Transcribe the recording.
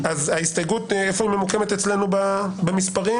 איפה ממוקמת ההסתייגות הזאת במספרים?